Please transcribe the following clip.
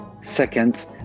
seconds